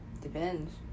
Depends